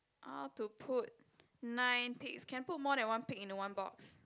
how to put nine pigs can put more than one pig into one box